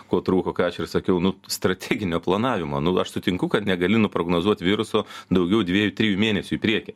ko trūko ką aš ir sakiau nu strateginio planavimo nu aš sutinku kad negali nuprognozuot viruso daugiau dviejų trijų mėnesių į priekį